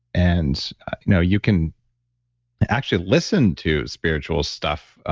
and now you can actually listen to spiritual stuff. ah